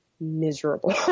miserable